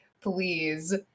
please